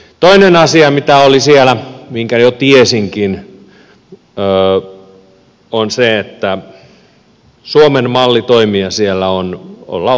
toinen asia mikä oli siellä ja minkä jo tiesinkin on se että suomen malli toimia siellä on olla oppipoika